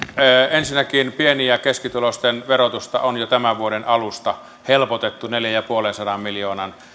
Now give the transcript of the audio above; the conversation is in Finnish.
ensinnäkin pieni ja keskituloisten verotusta on jo tämän vuoden alusta helpotettu neljänsadanviidenkymmenen miljoonan